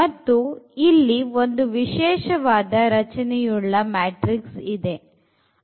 ಮತ್ತು ಇಲ್ಲಿ ಒಂದು ವಿಶೇಷವಾದ ರಚನೆಯುಳ್ಳ ಮ್ಯಾಟ್ರಿಕ್ಸ್ ಇದೆ